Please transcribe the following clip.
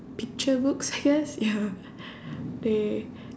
picture books I guess ya they